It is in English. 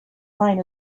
line